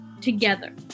together